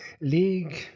league